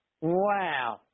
Wow